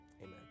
amen